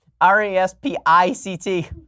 R-E-S-P-I-C-T